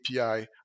API